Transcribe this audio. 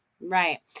right